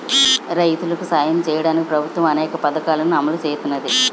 రైతులికి సాయం సెయ్యడానికి ప్రభుత్వము అనేక పథకాలని అమలు సేత్తన్నాది